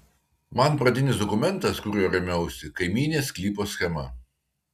man pradinis dokumentas kuriuo rėmiausi kaimynės sklypo schema